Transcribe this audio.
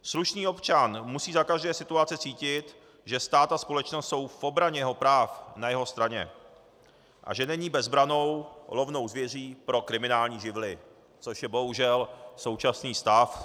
Slušný občan musí za každé situace cítit, že stát a společnost jsou v obraně jeho práv na jeho straně a že není bezbrannou lovnou zvěří pro kriminální živly, což je bohužel současný stav.